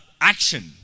action